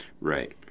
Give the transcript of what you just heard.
Right